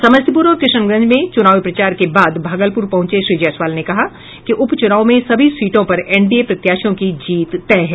समस्तीपुर और किशनगंज में चुनावी प्रचार के बाद भागलपुर पहुंचे श्री जयसवाल ने कहा कि उपचुनाव में सभी सीटों पर एनडीए प्रत्याशियों की जीत तय है